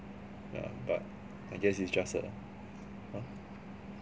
yeah but I guess it's just a !huh!